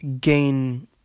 gain